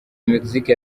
mexique